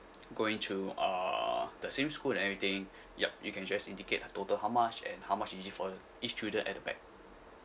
going to uh the same school and everything yup you can just indicate a total how much and how much is it for th~ each student at the back